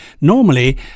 Normally